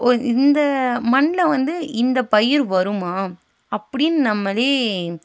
ஒரு இந்த மண்ணில் வந்து இந்த பயிறு வருமா அப்படினு நம்மளே